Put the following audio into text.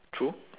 true